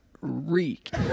reek